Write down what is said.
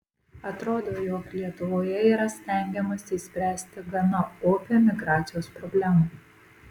atrodo jog lietuvoje yra stengiamasi išspręsti gana opią emigracijos problemą